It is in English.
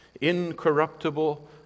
incorruptible